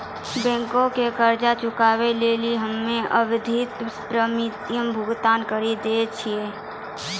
बैंको के कर्जा चुकाबै लेली हम्मे आवधिक प्रीमियम भुगतान करि दै छिये